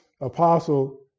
Apostle